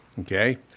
Okay